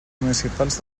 municipals